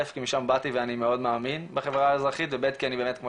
אלף כי משם באתי ואני מאוד מאמין בחברה האזרחית ובית כי אני באמת כמו